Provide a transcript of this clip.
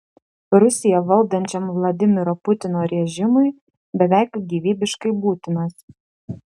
rusiją valdančiam vladimiro putino režimui beveik gyvybiškai būtinas